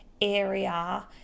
area